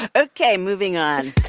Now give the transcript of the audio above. ok, moving on